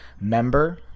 member